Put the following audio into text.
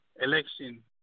election